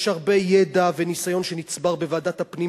יש הרבה ידע וניסיון שנצברו בוועדת הפנים